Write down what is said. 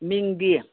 ꯃꯤꯡꯗꯤ